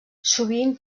sovint